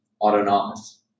Autonomous